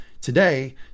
today